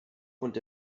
und